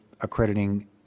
accrediting